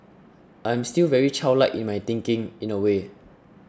I'm still very childlike in my thinking in a way